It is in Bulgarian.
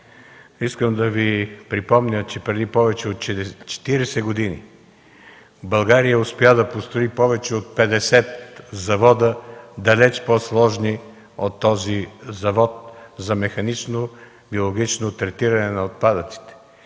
Искам да Ви припомня, че преди повече от 40 години България успя да построи повече от 50 завода, далеч по-сложни от този Завод за механично и биологично третиране на отпадъците.